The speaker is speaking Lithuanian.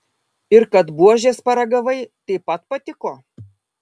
ir kad buožės paragavai taip pat patiko